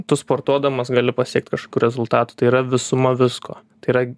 tu sportuodamas gali pasiekt kažkokių rezultatų tai yra visuma visko tai yra